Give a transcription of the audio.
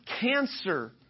cancer